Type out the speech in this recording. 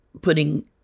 putting